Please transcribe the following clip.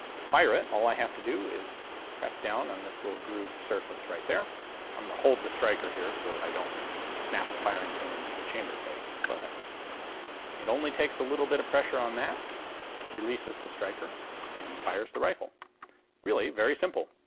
to fire it all i have to do is press down on this little grooved surface right there i'm going to hold the striker here, so that i don't snap the firing pin into the chamber face, but it only takes a little bit of pressure on that releases the striker and fires the rifle really very simple.